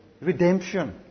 redemption